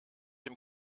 dem